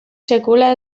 sekula